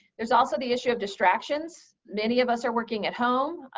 there's also the issue of distractions. many of us are working at home.